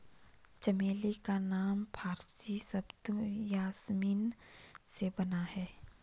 चमेली का नाम फारसी शब्द यासमीन से बना है